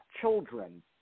children